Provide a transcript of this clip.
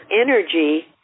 energy-